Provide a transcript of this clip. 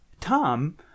Tom